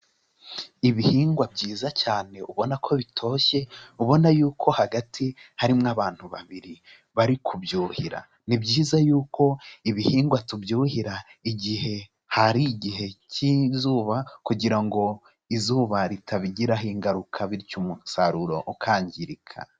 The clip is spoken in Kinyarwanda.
Ibihingwa byiza cyane ubona ko bitoshye, ubona y'uko hagati harimo abantu babiri bari kubyuhira, ni byiza y'uko ibihingwa tubyuhira igihe hari igihe cy'izuba kugira ngo izuba ritabigiraho ingaruka bityo umusaruro ukangirika.